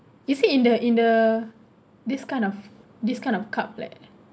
is it in the in the this kind of this kind of cup like